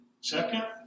second